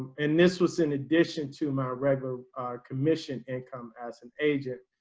and this was in addition to my regular commission income as an agent.